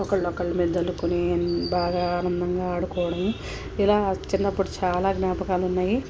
ఒకళ్ళు ఒకళ్ళ మీద చల్లుకొని బాగా ఆనందంగా ఆడుకోవడం ఇలా చిన్నప్పుడు చాలా జ్ఞాపకాలు ఉన్నాయి